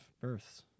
births